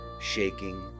shaking